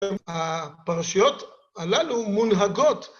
הפרשיות הללו מונהגות.